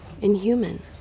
inhuman